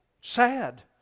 Sad